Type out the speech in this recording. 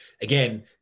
again